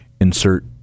insert